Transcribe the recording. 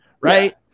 Right